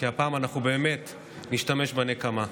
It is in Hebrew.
כי הפעם אנחנו באמת נשתמש בנקמה.